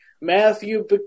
Matthew